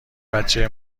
بچه